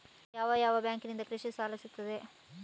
ಯಾವ ಯಾವ ಬ್ಯಾಂಕಿನಲ್ಲಿ ಕೃಷಿ ಸಾಲ ಸಿಗುತ್ತದೆ?